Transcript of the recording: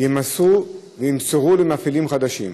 יימסרו למפעילים חדשים.